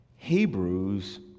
Hebrews